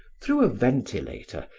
through a ventilator,